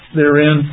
therein